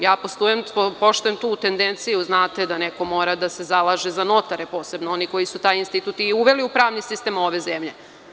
Ja poštujem tu tendenciju da neko mora da se zalaže za notare, posebno oni koji su taj institut i uveli u pravni sistem ove zemlje.